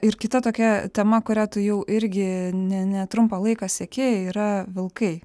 ir kita tokia tema kurią tu jau irgi ne netrumpą laiką sekėjai yra vilkai